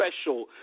special